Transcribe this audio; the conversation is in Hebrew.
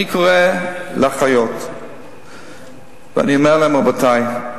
אני קורא לאחיות ואני אומר להן: רבותי,